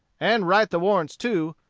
and write the warrants too,